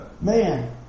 man